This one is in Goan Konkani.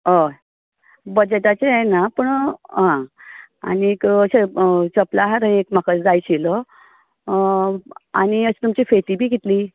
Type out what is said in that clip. हय बजेटाचें हें ना पूण आं आनीक अशें चपला हार एक म्हाका जाय आशिल्लो आनी अशें तुमचे फेती बी कितली